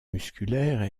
musculaires